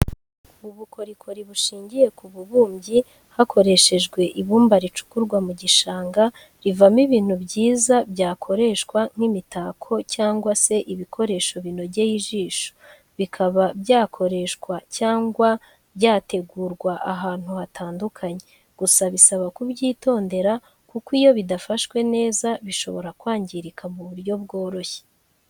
Ubukorikori bushingiye ku bubumbyi hakoreshejwe ibumba ricukurwa mu gishanga, rivamo ibintu byiza byakoreshwa nk'imitako cyangwa se ibikoresho binogeye ijisho, bikaba byakoreshwa cyangwa byategurwa ahantu hatandukanye, gusa bisaba kubyitondera kuko iyo bidafashwe neza bishobora kwangirika mu buryo bworoshye.